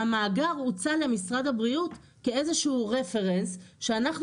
והמאגר הוצע למשרד הבריאות כאיזשהו Reference שאנחנו